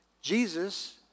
Jesus